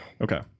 Okay